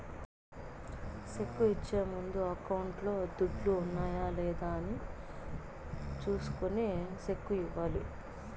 cheque ఇచ్చే ముందు అకౌంట్లో దుడ్లు ఉన్నాయా లేదా అని చూసుకొని సెక్కు ఇవ్వాలి